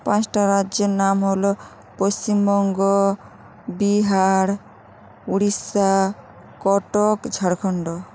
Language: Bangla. পাঁচটা রাজ্যের নাম হল পশ্চিমবঙ্গ বিহার উড়িষ্যা কটক ঝাড়খন্ড